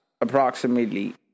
approximately